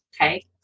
Okay